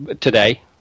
today